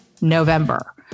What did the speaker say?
November